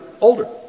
Older